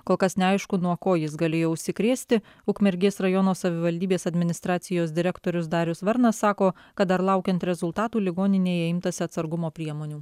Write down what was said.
kol kas neaišku nuo ko jis galėjo užsikrėsti ukmergės rajono savivaldybės administracijos direktorius darius varnas sako kad dar laukiant rezultatų ligoninėje imtasi atsargumo priemonių